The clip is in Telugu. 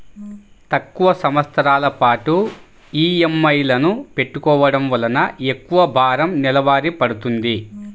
తక్కువ సంవత్సరాల పాటు ఈఎంఐలను పెట్టుకోవడం వలన ఎక్కువ భారం నెలవారీ పడ్తుంది